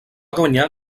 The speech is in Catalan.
guanyar